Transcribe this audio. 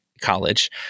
college—